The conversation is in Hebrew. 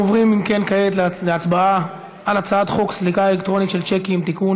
אנחנו עוברים כעת להצבעה על הצעת חוק סליקה אלקטרונית של שיקים (תיקון),